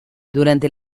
durante